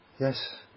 Yes